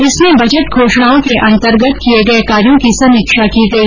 इसमें बजट घोषणाओं के अंतर्गत किये गये कार्यो की समीक्षा की गई